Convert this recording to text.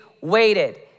waited